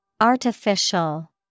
Artificial